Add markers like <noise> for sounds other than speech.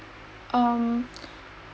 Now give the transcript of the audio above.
um <noise>